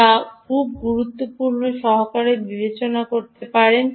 যা আপনি গুরুত্ব সহকারে বিবেচনা করতে পারেন